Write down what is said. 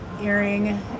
earring